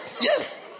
Yes